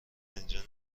فنجان